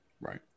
Right